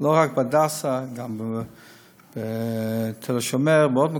לא רק בהדסה, גם בתל השומר, ובעוד מקומות,